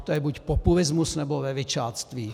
To je buď populismus, nebo levičáctví.